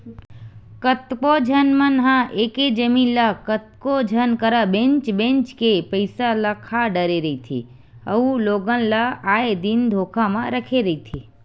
कतको झन मन ह एके जमीन ल कतको झन करा बेंच बेंच के पइसा ल खा डरे रहिथे अउ लोगन ल आए दिन धोखा म रखे रहिथे